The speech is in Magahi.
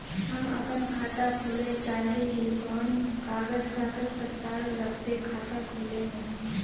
हम अपन खाता खोले चाहे ही कोन कागज कागज पत्तार लगते खाता खोले में?